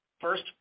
First